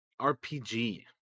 RPG